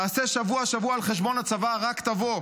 תעשה שבוע-שבוע על חשבון הצבא, רק תבוא.